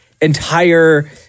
entire